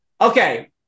Okay